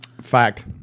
fact